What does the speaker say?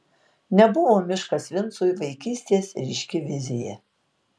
nebuvo miškas vincui vaikystės ryški vizija